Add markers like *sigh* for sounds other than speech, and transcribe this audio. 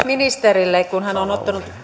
*unintelligible* ministerille kun hän on ottanut